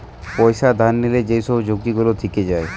পয়সা ধার লিলে যেই সব ঝুঁকি গুলা থিকে যায়